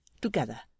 together